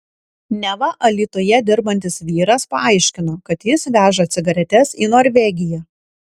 neva alytuje dirbantis vyras paaiškino kad jis veža cigaretes į norvegiją